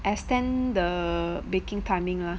extend the baking timing ah